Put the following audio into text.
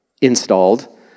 installed